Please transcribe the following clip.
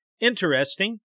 Interesting